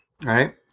Right